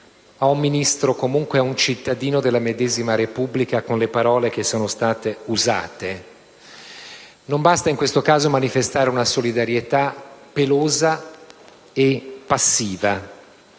a un Ministro o comunque ad un cittadino della medesima Repubblica con le parole che sono state usate. Non basta in questo caso manifestare una solidarietà pelosa e passiva: